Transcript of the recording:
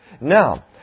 Now